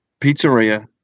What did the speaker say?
pizzeria